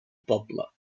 poble